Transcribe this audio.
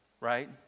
right